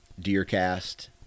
Deercast